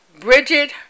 Bridget